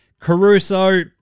Caruso